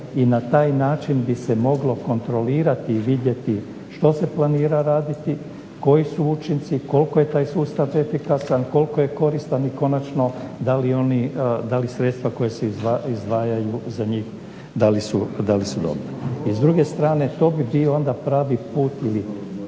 i na taj način bi se moglo kontrolirati i vidjeti što se planira raditi, koji su učinci, koliko je taj sustav efikasan, koliko je koristan i konačno da li sredstva koja se izdvajaju za njih da li su dobra. I s druge strane to bi bio onda pravi put ili